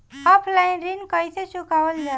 Offline ऋण कइसे चुकवाल जाला?